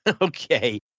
Okay